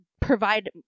provide